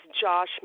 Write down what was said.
Josh